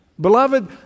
Beloved